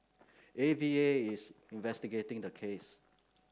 A V A is investigating the case